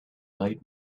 night